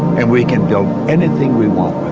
and we can build anything we want